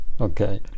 okay